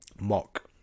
mock